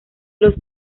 los